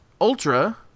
Ultra